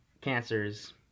cancers